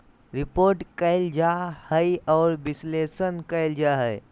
report कइल जा हइ और विश्लेषण कइल जा हइ